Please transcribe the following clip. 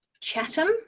Chatham